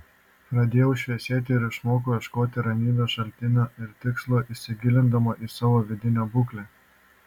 pradėjau šviesėti ir išmokau ieškoti ramybės šaltinio ir tikslo įsigilindama į savo vidinę būklę